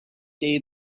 day